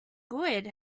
good